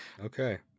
Okay